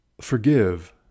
forgive